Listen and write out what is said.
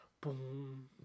boom